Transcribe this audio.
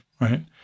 right